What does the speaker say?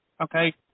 okay